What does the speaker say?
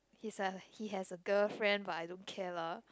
he's a he has a girlfriend but I don't care lah